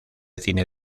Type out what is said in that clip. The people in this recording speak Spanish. cine